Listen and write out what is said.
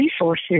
resources